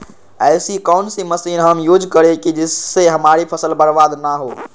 ऐसी कौन सी मशीन हम यूज करें जिससे हमारी फसल बर्बाद ना हो?